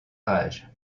rage